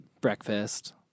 breakfast